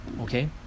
Okay